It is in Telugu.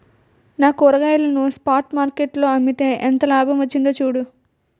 నా కూరగాయలను స్పాట్ మార్కెట్ లో అమ్మితే ఎంత లాభం వచ్చిందో చూడు